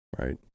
right